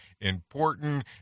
important